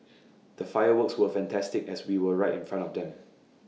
the fireworks were fantastic as we were right in front of them